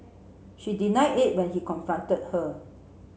she denied it when he confronted her